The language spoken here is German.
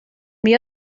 mir